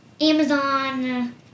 Amazon